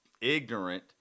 ignorant